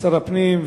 כשר הפנים,